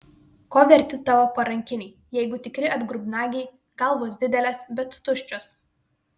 ko verti tavo parankiniai jeigu tikri atgrubnagiai galvos didelės bet tuščios